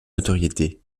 notoriété